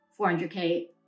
400k